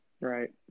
Right